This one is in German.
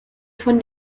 von